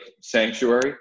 sanctuary